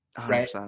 Right